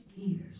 ears